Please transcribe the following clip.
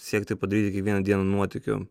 siekti padaryti kiekvieną dieną nuotykiu